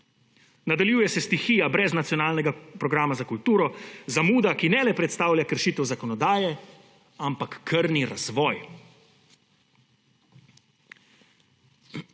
Nadaljuje se stihija brez nacionalnega programa za kulturo, zamuda, ki ne le predstavlja kršitev zakonodaje, ampak tudi krni razvoj.